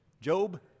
Job